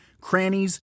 crannies